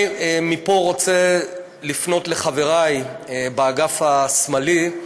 מפה אני רוצה לפנות לחבריי באגף השמאלי.